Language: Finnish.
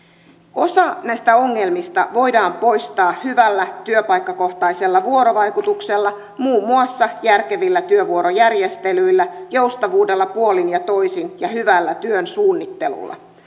osa näistä ongelmista voidaan poistaa hyvällä työpaikkakohtaisella vuorovaikutuksella muun muassa järkevillä työvuorojärjestelyillä joustavuudella puolin ja toisin ja hyvällä työn suunnittelulla